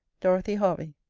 dorothy hervey.